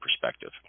perspective